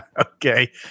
Okay